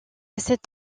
cet